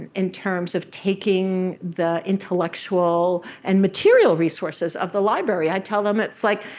in terms of taking the intellectual and material resources of the library. i tell them it's like,